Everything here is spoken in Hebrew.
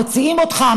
מוציאים אותך,